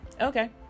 okay